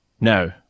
No